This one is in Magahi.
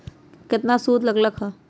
केतना सूद लग लक ह?